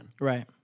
right